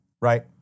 right